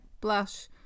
blush